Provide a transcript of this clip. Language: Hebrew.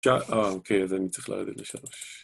אוקיי, אז אני צריך להעדיף לשלוש.